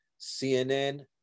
CNN